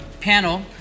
panel